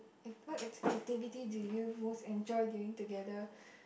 act~ what activity do you most enjoy doing together